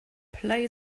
play